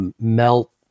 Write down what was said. melt